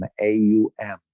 A-U-M